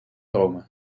rome